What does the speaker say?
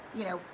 you know,